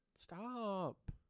Stop